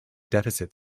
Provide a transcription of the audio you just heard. deficit